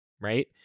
right